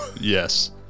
Yes